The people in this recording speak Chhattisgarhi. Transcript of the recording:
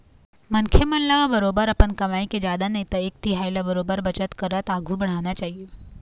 मनखे मन ल बरोबर अपन कमई के जादा नई ते एक तिहाई ल बरोबर बचत करत आघु बढ़ना चाही